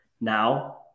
now